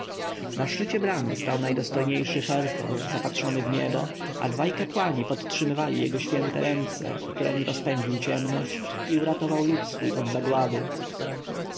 na szczycie bramy stał najdostojniejszy herhor zapatrzony w niebo a dwaj kapłani podtrzymywali jego święte ręce któremi rozpędził ciemność i uratował lud swój od zagłady